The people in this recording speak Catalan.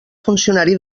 funcionari